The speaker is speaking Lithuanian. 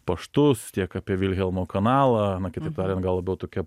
paštus tiek apie vilhelmo kanalą na kitaip tariant gal labiau tokia